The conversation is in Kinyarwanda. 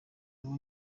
ubu